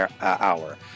hour